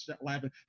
laughing